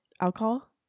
alcohol